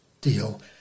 deal